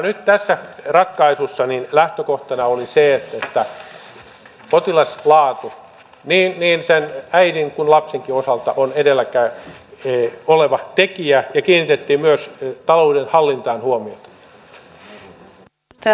nyt tässä ratkaisussa lähtökohtana oli se että potilaslaatu niin sen äidin kuin lapsenkin osalta on edellä oleva tekijä ja kiinnitettiin myös talouden hallintaan huomiota